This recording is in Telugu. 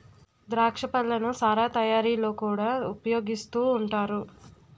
ద్రాక్ష పళ్ళను సారా తయారీలో కూడా ఉపయోగిస్తూ ఉంటారు